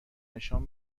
نشان